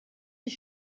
his